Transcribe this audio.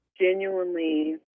genuinely